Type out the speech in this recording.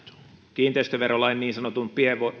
kiinteistöverolain niin sanotun